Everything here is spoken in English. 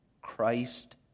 Christ